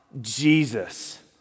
Jesus